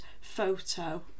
photo